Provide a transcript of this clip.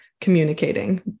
communicating